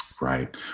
Right